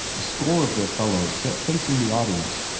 a score of their fellows sat facing the audience,